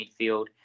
midfield